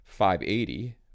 580